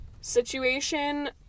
situation